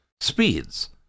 speeds